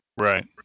Right